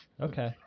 Okay